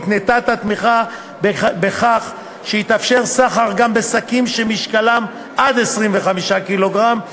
התנתה את התמיכה בכך שיתאפשר סחר גם בשקים שמשקלם עד 25 קילוגרם.